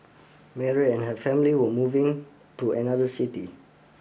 Mary and her family were moving to another city